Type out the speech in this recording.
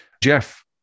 Jeff